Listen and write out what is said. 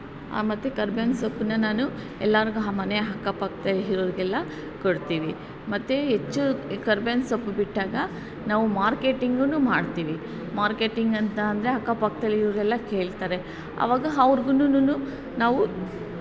ಮತ್ತು ಕರ್ಬೇವಿನ ಸೊಪ್ಪನ್ನ ನಾನು ಎಲ್ಲಾರಿಗೆ ಹ ಮನೆ ಅಕ್ಕಪಕ್ಕ ಇರೋರ್ಗೆಲ್ಲಾ ಕೊಡ್ತೀವಿ ಮತ್ತು ಹೆಚ್ಚು ಕರ್ಬೇವಿನ ಸೊಪ್ಪು ಬಿಟ್ಟಾಗ ನಾವು ಮಾರ್ಕೆಟಿಂಗುನು ಮಾಡ್ತೀವಿ ಮಾರ್ಕೆಟಿಂಗ್ ಅಂತ ಅಂದರೆ ಅಕ್ಕಪಕ್ದಲ್ಲಿರೋರೆಲ್ಲಾ ಕೇಳ್ತಾರೆ ಅವಾಗ ಅವ್ರಿಗೂನು ನಾವು